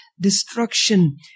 destruction